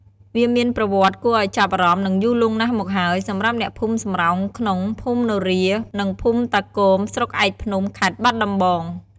វាមានប្រវត្តិគួរឱ្យចាប់អារម្មណ៍ និងយូរលង់ណាស់មកហើយ សម្រាប់អ្នកភូមិសំរោងក្នុង ភូមិនរា និងភូមិតាគោម ស្រុកឯកភ្នំ ខេត្តបាត់ដំបង។